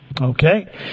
Okay